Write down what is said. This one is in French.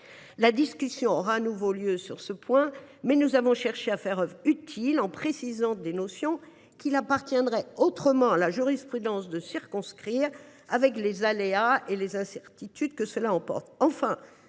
La discussion aura à nouveau lieu sur ce point, mais nous avons cherché à faire œuvre utile en précisant des notions qu’à défaut il appartiendra à la jurisprudence de circonscrire, avec les aléas et les incertitudes que cela emporte.